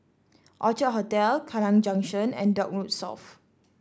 Orchard Hotel Kallang Junction and Dock Road South